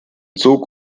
zug